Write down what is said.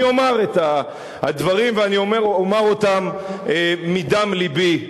אני אומר את הדברים ואני אומר אותם מדם לבי.